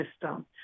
system